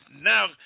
now